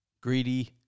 Greedy